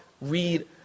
Read